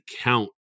count